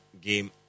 game